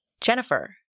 Jennifer